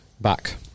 back